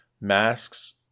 Masks